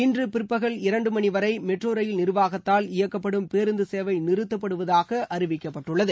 இன்ற பிற்பகல் இரண்டு மணி வரை மெட்ரோ ரயில் நிா்வாகத்தால் இயக்கப்படும் பேருந்து சேவை நிறுத்தப்படுவதாக அறிவிக்கப்பட்டுள்ளது